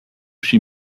she